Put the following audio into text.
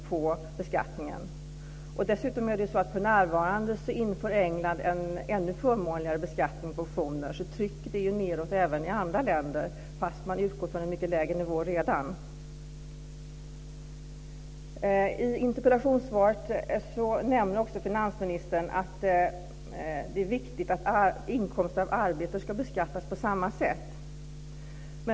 För närvarande håller England på att införa en ännu förmånligare skatt på optioner. Det finns ett sådant tryck även i andra länder fast man utgår redan från en mycket lägre skattenivå. I interpellationssvaret nämner finansministern att det är viktigt att inkomst av arbete ska beskattas på samma sätt.